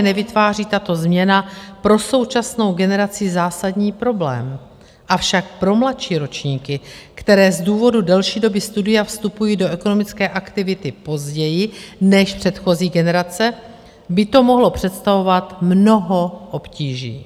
Agregovaně nevytváří tato změna pro současnou generaci zásadní problém, avšak pro mladší ročníky, které z důvodu delší doby studia vstupují do ekonomické aktivity později než předchozí generace, by to mohlo představovat mnoho obtíží.